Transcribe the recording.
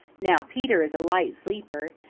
now peter is a light sleeper,